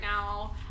now